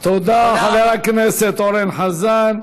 תודה לחבר הכנסת אורן חזן.